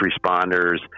responders